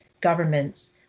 government's